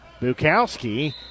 Bukowski